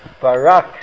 Barak